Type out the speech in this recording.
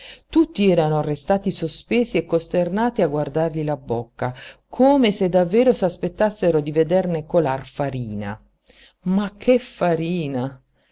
tutti erano restati sospesi e costernati a guardargli la bocca come se davvero s'aspettassero di vederne colar farina ma che farina